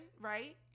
right